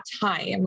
time